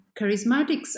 charismatics